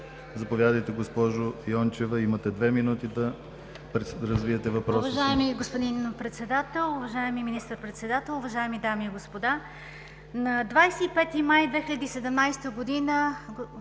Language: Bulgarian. Заповядайте, госпожо Йончева. Имате две минути да развиете въпроса